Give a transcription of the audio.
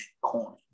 coin